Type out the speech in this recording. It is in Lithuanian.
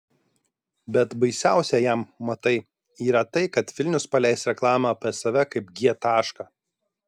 bet baisiausia jam matai yra tai kad vilnius paleis reklamą apie save kaip g tašką